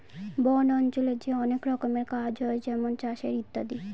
বন অঞ্চলে যে অনেক রকমের কাজ হয় যেমন চাষের ইত্যাদি